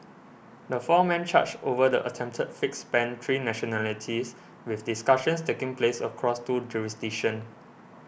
the four men charged over the attempted fix spanned three nationalities with discussions taking place across two jurisdictions